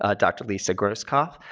ah dr. lisa groskopf,